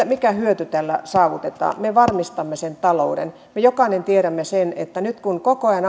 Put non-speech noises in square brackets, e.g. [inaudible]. [unintelligible] mikä hyöty tällä saavutetaan me varmistamme sen talouden me jokainen tiedämme sen että nyt kun koko ajan [unintelligible]